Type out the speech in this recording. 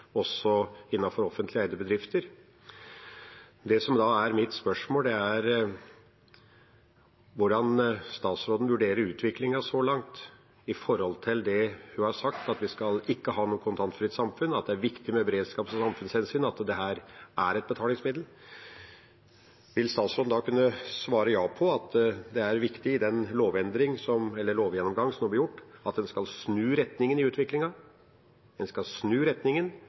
også innenfor offentlig eide bedrifter. Det som da er mitt spørsmål, er hvordan statsråden vurderer utviklingen så langt med tanke på det hun har sagt om at vi ikke skal ha noe kontantfritt samfunn, og at det er viktig av beredskaps- og samfunnshensyn at dette er et betalingsmiddel. Vil statsråden kunne svare ja på at det er viktig i den lovgjennomgangen som blir gjort, at en snur retningen, slik at en ikke går i